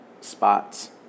spots